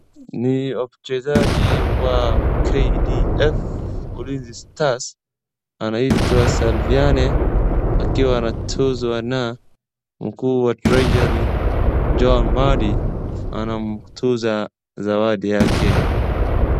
Ni wachezaji wa KDF Ulinzi Stars anaitwa Salviani akiwa anatuzwa na mkuu wa treasury John Mbadi, anamtuza zawadi yake.